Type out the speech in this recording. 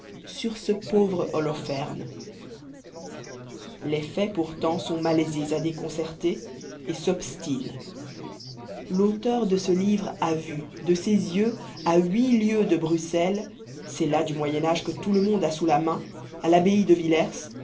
sur ce pauvre holopherne les faits pourtant sont malaisés à déconcerter et s'obstinent l'auteur de ce livre a vu de ses yeux à huit lieues de bruxelles c'est là du moyen age que tout le monde a sous la main à l'abbaye de villers